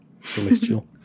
celestial